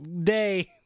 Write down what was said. Day